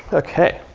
okay,